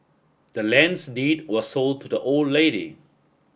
the land's deed was sold to the old lady